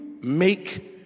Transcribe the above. make